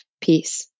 peace